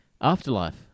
Afterlife